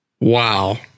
Wow